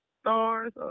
Stars